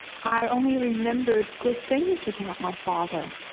i only remembered good things about my father.